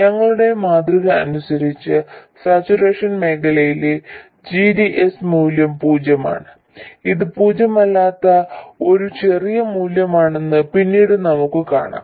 ഞങ്ങളുടെ മാതൃക അനുസരിച്ച് സാച്ചുറേഷൻ മേഖലയിലെ g d s മൂല്യം പൂജ്യമാണ് ഇത് പൂജ്യമല്ലാത്ത ഒരു ചെറിയ മൂല്യമാണെന്ന് പിന്നീട് നമുക്ക് കാണാം